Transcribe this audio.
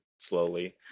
Slowly